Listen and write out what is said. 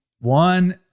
one